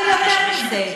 אבל יותר מזה,